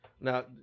Now